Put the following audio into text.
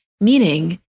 Meaning